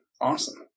Awesome